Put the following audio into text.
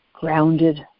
grounded